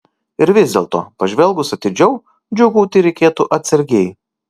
ir vis dėlto pažvelgus atidžiau džiūgauti reikėtų atsargiai